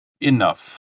enough